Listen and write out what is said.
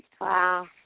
Wow